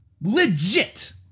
Legit